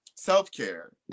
Self-care